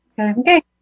Okay